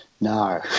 No